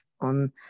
on